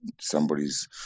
somebody's